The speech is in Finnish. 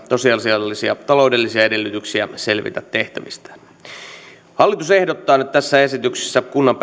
tosiasiallisia taloudellisia edellytyksiä selvitä tehtävistään hallitus ehdottaa nyt tässä esityksessä kunnan